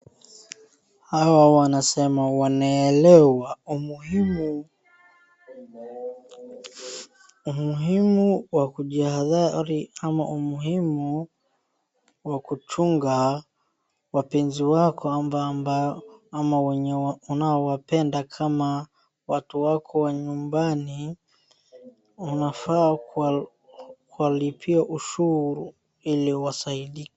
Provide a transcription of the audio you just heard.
Hawa wanasema wanaelewa umuhimu wa kujiadhari, ama umuhimu wa kuchunga wapenzi wako au unaowapenda kama watu wako wa nyumbani. Unafaa kuwalupia ushurunili wasaidike.